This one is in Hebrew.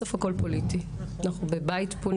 בסוף הכול פוליטי, אנחנו בבית פוליטי,